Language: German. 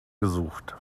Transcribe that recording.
gesucht